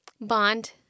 bond